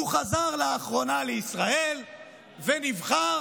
הוא חזר לאחרונה לישראל ונבחר